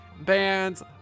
bands